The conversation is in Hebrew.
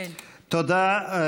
תודה.